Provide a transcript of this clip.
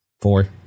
Four